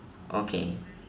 okay